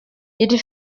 iyi